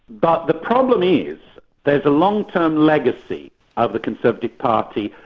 but the problem is there's a long-term legacy of the conservative party,